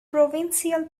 provincial